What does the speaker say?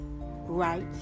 right